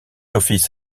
office